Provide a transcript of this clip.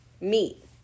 meat